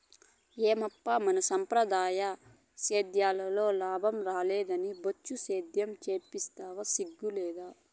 ఏమప్పా మన సంప్రదాయ సేద్యంలో లాభం రాలేదని బొచ్చు సేద్యం సేస్తివా సిగ్గు లేదూ